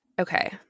Okay